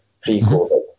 pre-COVID